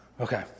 Okay